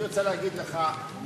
אני רוצה להגיד לך,